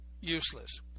Useless